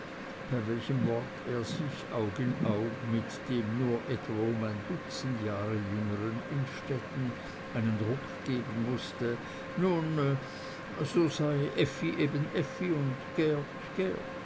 bei welchem wort er sich aug in auge mit dem nur etwa um ein dutzend jahre jüngeren innstetten einen ruck geben mußte nun so sei effi eben